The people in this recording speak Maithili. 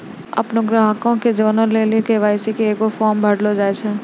अपनो ग्राहको के जानै लेली के.वाई.सी के एगो फार्म भरैलो जाय छै